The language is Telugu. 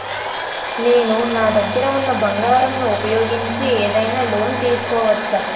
నేను నా దగ్గర ఉన్న బంగారం ను ఉపయోగించి ఏదైనా లోన్ తీసుకోవచ్చా?